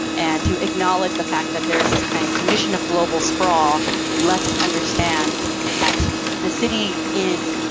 and to acknowledge the fact that there is this kind of condition of global scrawl lets us understand that the city is,